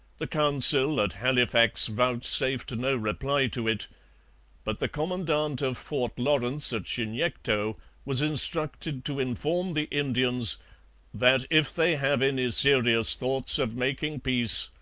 the council at halifax vouchsafed no reply to it but the commandant of fort lawrence at chignecto was instructed to inform the indians that if they have any serious thoughts of making peace.